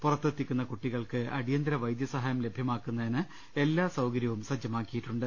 പുറ ത്തെത്തിക്കുന്ന കുട്ടികൾക്ക് അടിയന്തര വൈദ്യസഹായം ലഭിക്കുന്നതിന് എല്ലാ സൌകര്യവും സജ്ജമാക്കിയിട്ടുണ്ട്